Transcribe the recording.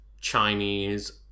Chinese